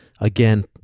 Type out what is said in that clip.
again